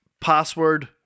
Password